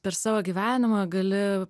per savo gyvenimą gali